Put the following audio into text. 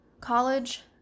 College